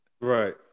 right